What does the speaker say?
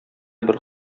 бер